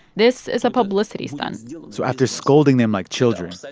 this is a publicity stunt so after scolding them like children, so